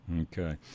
okay